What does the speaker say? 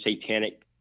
satanic